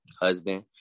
Husband